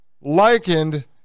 likened